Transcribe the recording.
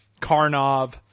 Karnov